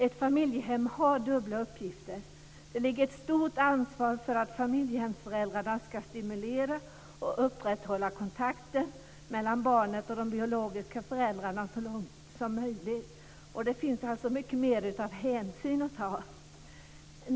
Ett familjehem har dubbla uppgifter. Det ligger ett stort ansvar för att familjehemsföräldrarna ska stimulera och upprätthålla kontakten mellan barnet och de biologiska föräldrarna så långt möjligt. Det finns alltså mycket mera av hänsyn att ta.